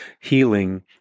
healing